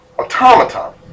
automaton